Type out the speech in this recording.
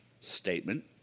statement